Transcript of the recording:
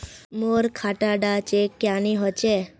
मोर खाता डा चेक क्यानी होचए?